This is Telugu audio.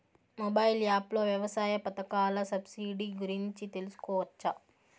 మొబైల్ యాప్ లో వ్యవసాయ పథకాల సబ్సిడి గురించి తెలుసుకోవచ్చా?